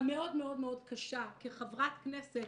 המאוד מאוד קשה כחברת כנסת,